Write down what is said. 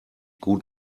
gut